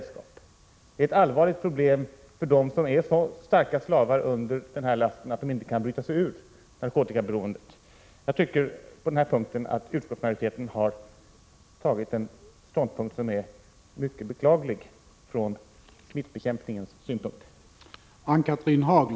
Det är alltså ett allvarligt problem för dem som är så stora slavar under den här lasten att de inte kan bryta sig ur sitt narkotikaberoende. På denna punkt tycker jag således att utskottsmajoriteten har intagit en ståndpunkt som är mycket beklaglig ur smittbekämpningens synvinkel.